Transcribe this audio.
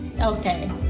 Okay